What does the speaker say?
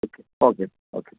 okay okay okay